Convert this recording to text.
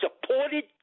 supported